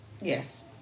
Yes